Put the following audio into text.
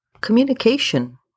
Communication